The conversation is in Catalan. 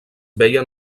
veien